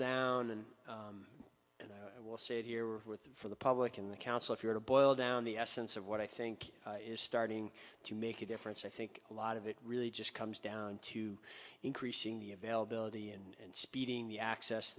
down and and i will say here were for the public in the council if you were to boil down the essence of what i think is starting to make a difference i think a lot of it really just comes down to increasing the availability and speeding the access